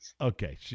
Okay